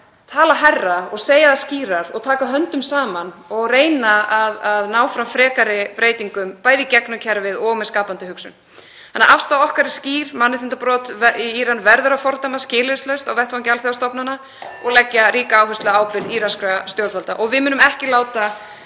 tala hærra og segja það skýrar og taka höndum saman til að reyna að ná fram frekari breytingum, bæði í gegnum kerfið og með skapandi hugsun. Afstaða okkar er skýr. Mannréttindabrot í Íran verður að fordæma skilyrðislaust á vettvangi alþjóðastofnana og leggja ríka áherslu á ábyrgð íranskra stjórnvalda. Við munum ekki láta